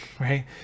Right